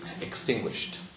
extinguished